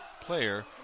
player